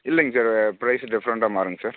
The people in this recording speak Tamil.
இல்லைங்க சார் ப்ரைஸ் டிஃப்ரெண்ட்டாக மாறுங்க சார்